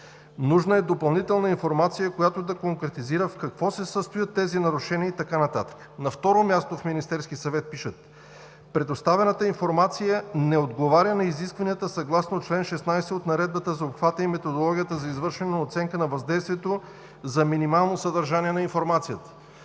Нужна е допълнителна информация, която да конкретизира в какво се състоят тези нарушения“ и така нататък. На второ място, от Министерския съвет пишат: „Предоставената информация не отговаря на изискванията съгласно чл. 16 от Наредбата за обхвата и методологията за извършване на оценка на въздействието за минимално съдържание на информацията.“.